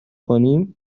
کنیم